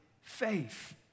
faith